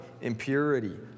impurity